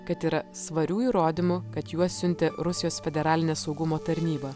kad yra svarių įrodymų kad juos siuntė rusijos federalinė saugumo tarnyba